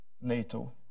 NATO